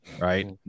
right